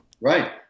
Right